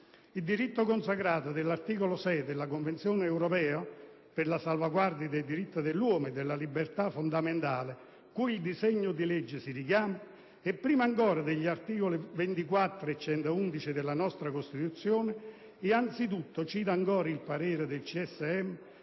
Il diritto consacrato dall'articolo 6 della Convenzione europea per la salvaguardia dei diritti dell'uomo e delle libertà fondamentali, cui il disegno di legge si richiama, e prima ancora dagli articoli 24 e 111 della nostra Costituzione, «è anzitutto» - cito ancora il parere del CSM